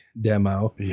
demo